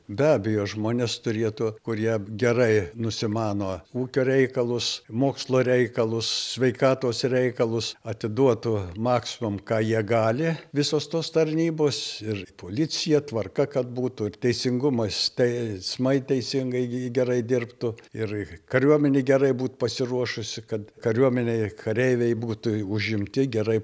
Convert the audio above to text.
be abejo žmonės turėtų kurie gerai nusimano ūkio reikalus mokslo reikalus sveikatos reikalus atiduotų maksimum ką jie gali visos tos tarnybos ir policija tvarka kad būtų ir teisingumas teismai teisingai gerai dirbtų ir kariuomenė gerai būt pasiruošusi kad kariuomenėj kareiviai būtų užimti gerai